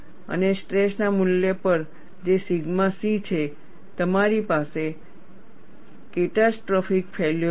અને સ્ટ્રેસ ના આ મૂલ્ય પર જે સિગ્મા સી છે તમારી પાસે કેટાસ્ટ્રોફીક ફેલ્યોર હશે